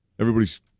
Everybody's